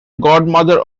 godmother